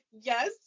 yes